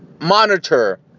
monitor